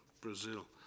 Brazil